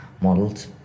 models